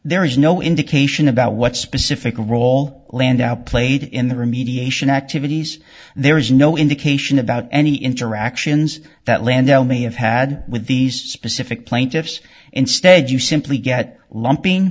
there is no indication about what specific role landau played in the remediation activities there is no indication about any interactions that land may have had with these specific plaintiffs instead you simply get lumping